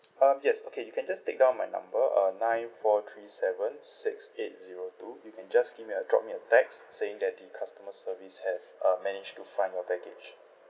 um yes okay you can just take down my number uh nine four three seven six eight zero two you can just give me a drop me a text saying that the customer service have uh managed to find your baggage